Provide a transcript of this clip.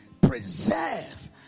preserve